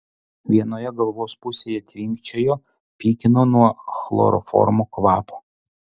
vienoje galvos pusėje tvinkčiojo pykino nuo chloroformo kvapo